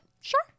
sure